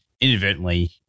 Inadvertently